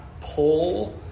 pull